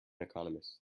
economist